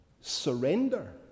surrender